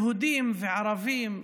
יהודים וערבים.